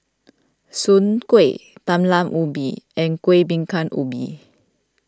Soon Kway Talam Ubi and Kuih Bingka Ubi